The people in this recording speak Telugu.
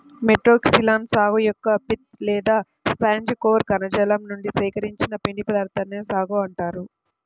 మెట్రోక్సిలాన్ సాగు యొక్క పిత్ లేదా స్పాంజి కోర్ కణజాలం నుండి సేకరించిన పిండి పదార్థాన్నే సాగో అంటారు